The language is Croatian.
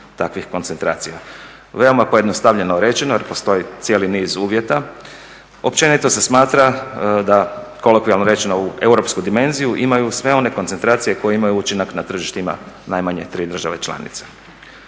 takvih koncentracija. Veoma pojednostavljeno rečeno jer postoji cijeli niz uvjeta, općenito se smatra da kolokvijalno rečeno u europsku dimenziju imaju sve one koncentracije koje imaju učinak na tržištima najmanje tri države članica.